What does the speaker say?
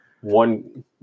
One